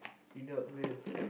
without milk